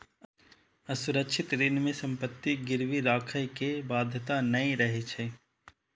असुरक्षित ऋण मे संपत्ति गिरवी राखै के बाध्यता नै रहै छै